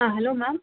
ah hello ma'am